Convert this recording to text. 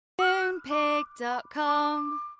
Moonpig.com